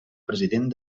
president